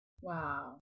Wow